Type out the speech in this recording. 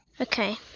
Okay